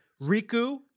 Riku